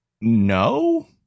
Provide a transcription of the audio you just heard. No